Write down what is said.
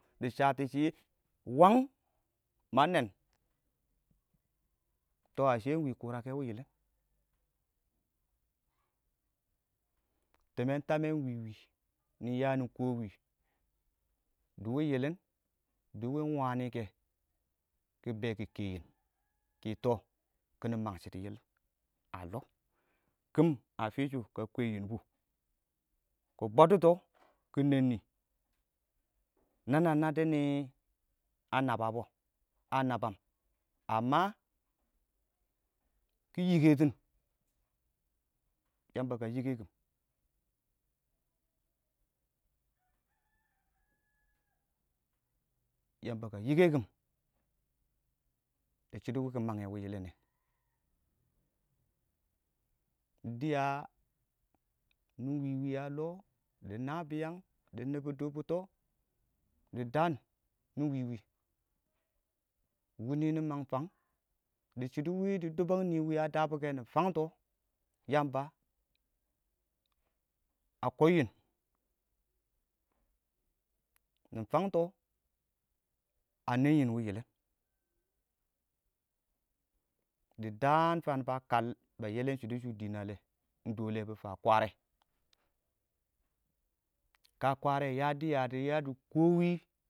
dɪ shatɔ shɪ wang ma nɛɛn tɔ iɪng wɪɪn dɪ kʊrake wɪɪn yɪlɪn timmen tamɛ ingwi wɪɪn nɪ ya nɪ kowi dɪ wɪɪn yillin dɪ wɪɪn ingwani kɛ kɪ bɛɛ kɪ kɛyin kɪ tɔ kiɪnɪ mang shɪidɛ yɪlɪn a iɔ kɪm a fishu kə kweyyin bu kɪ bʊddɔtɔ kɪ nɛɛn nɪ nana nadds nɪ a nabadɔ a nabam kɪ yiətin Yamba kə yikəkim yamba kə yikəkim dɪ shɪdo wiki manngə wɪɪn yillin mɪ dɪya ninwiwi a lɔ dɪ nabiyang nɪ wɪwɪ wini nɪ mang fang dɪ shɪdo wɪɪn dɪ dʊbang nɪ wɪɪn a dabɔkɛ nɪ fangtɔ yamba a kobyin nɪ fangto a mɛyyi wɪɪn yɪlɪn dɪ daan fang ba kal ba yələn shɪdo shʊ dɪɪn na lɪ bɪ ta kware kə kware dɪ ya dɪya dɪ kɔwi